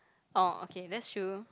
oh okay that's true